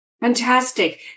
Fantastic